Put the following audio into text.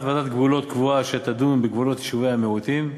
ועדת גבולות קבועה שתדון בגבולות יישובי המיעוטים,